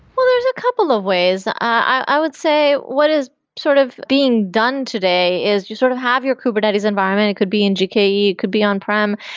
well, there's a couple of ways. i would say what is sort of being done today is just sort of have your kubernetes environment. it could be in gke, it could be on-prem,